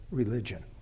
religion